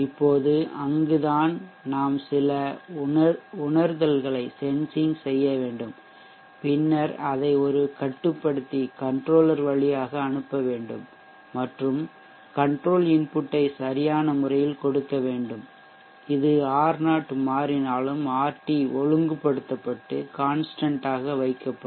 இப்போது அங்குதான் நாம் சில உணர்தல்களைச் சென்சிங் செய்ய வேண்டும் பின்னர் அதை ஒரு கட்டுப்படுத்தி கன்ட்ரோலர் வழியாக அனுப்ப வேண்டும் மற்றும் கன்ட்ரோல் இன்புட் ஐ சரியான முறையில் கொடுக்க வேண்டும் இது R0 மாறினாலும் ஆர்டி ஒழுங்குபடுத்தப்பட்டு கான்ஸ்டன்ட் ஆக வைக்கப்படும்